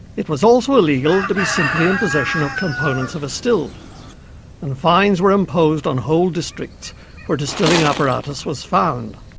it was also illegal to be simply in possession of components of a still and fines were imposed on whole districts where distilling apparatus was found.